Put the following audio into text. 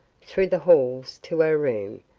through the halls to her room,